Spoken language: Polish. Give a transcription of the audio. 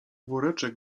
woreczek